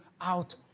out